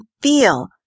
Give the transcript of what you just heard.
feel